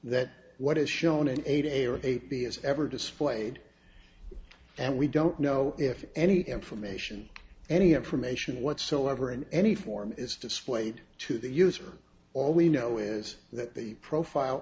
that what is shown in a day or eight b is ever displayed and we don't know if any information any information whatsoever in any form is displayed to the user all we know is that the profile